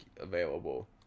available